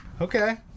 Okay